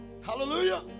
Hallelujah